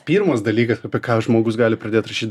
pirmas dalykas apie ką žmogus gali pradėt rašyt